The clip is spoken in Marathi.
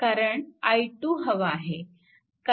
कारण i2 हवा आहे